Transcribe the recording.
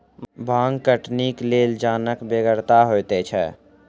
भांग कटनीक लेल जनक बेगरता होइते छै